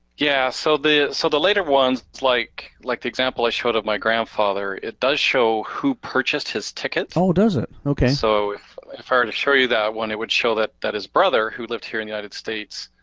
yeah, so the so the ones like like the example i showed of my grandfather, it does show who purchased his ticket. oh does it? okay. so if if i were to show you that one, it would show that that his brother who lived here in the united states,